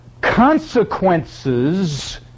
consequences